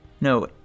no